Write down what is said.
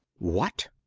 what!